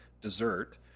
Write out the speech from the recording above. dessert